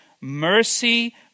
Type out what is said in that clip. Mercy